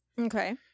Okay